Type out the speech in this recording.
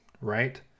right